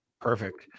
Perfect